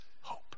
hope